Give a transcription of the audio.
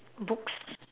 books